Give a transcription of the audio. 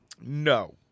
No